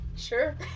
sure